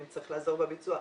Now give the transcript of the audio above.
אם צריך לעזור בביצוע,